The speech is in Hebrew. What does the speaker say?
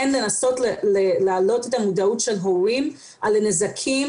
לנסות להעלות את המודעות של הורים על הנזקים